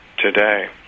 Today